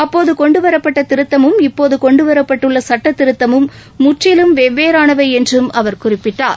அப்போது கொண்டுவரப்பட்ட திருத்தமும் இப்போது கொண்டுவரப்பட்டுள்ள சுட்ட திருத்தமும் முற்றிலும் வெவ்வேறானவை என்றும் அவர் குறிப்பிட்டார்